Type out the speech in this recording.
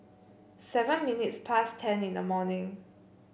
seven minutes past ten in the morning